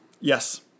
Yes